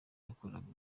yakoraga